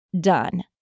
done